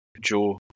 Joe